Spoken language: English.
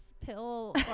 pill